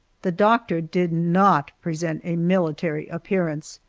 the doctor did not present a military appearance.